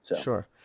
Sure